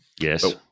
Yes